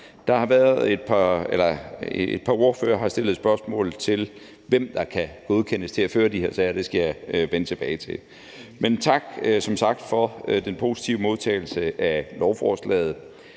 Et par ordførere har stillet spørgsmål om, hvem der kan godkendes til at føre de her sager – det skal jeg vende tilbage til. Men tak som sagt for den positive modtagelse af lovforslaget.